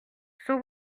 son